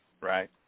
right